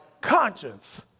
conscience